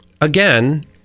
again